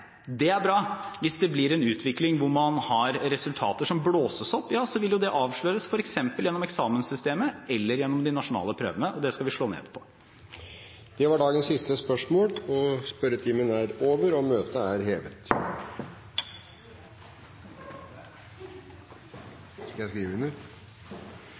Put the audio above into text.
det er bra. Hvis det blir en utvikling hvor man har resultater som blåses opp, vil det avsløres f.eks. gjennom eksamenssystemet eller gjennom de nasjonale prøvene, og det skal vi slå ned på. Den ordinære spørretimen er omme. Det foreligger ikke noe referat. Dermed er